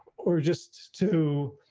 or just to,